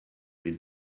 les